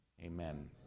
amen